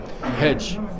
hedge